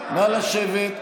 נא לשבת.